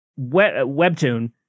Webtoon